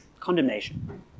condemnation